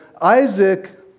Isaac